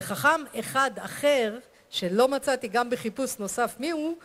חכם אחד אחר שלא מצאתי גם בחיפוש נוסף מי הוא